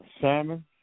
Salmon